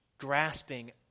Grasping